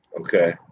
Okay